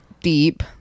deep